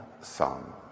son